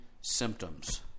symptoms